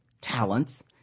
talents